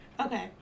Okay